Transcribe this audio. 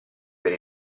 per